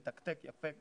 מתקתק יפה,